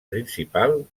principal